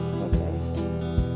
Okay